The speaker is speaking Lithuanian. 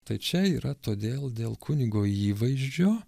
tai čia yra todėl dėl kunigo įvaizdžio